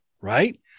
right